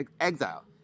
exile